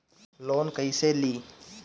Loan कईसे ली?